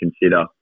consider